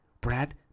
Brad